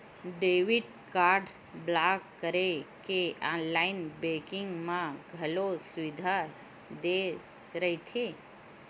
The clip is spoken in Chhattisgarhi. डेबिट कारड ब्लॉक करे के ऑनलाईन बेंकिंग म घलो सुबिधा दे रहिथे